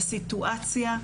הוא לאו דווקא מודע לסיטואציה,